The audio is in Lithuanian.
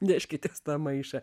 neškitės tą maišą